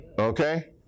Okay